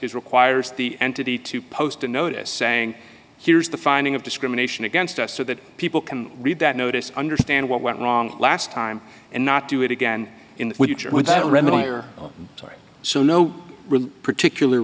it requires the entity to post a notice saying here's the finding of discrimination against us so that people can read that notice understand what went wrong last time and not do it again in the future without remedy or so no particular